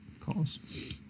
calls